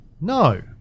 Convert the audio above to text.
No